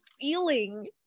feeling